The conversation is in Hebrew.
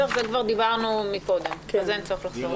על זה דיברנו קודם, אין צורך לחזור.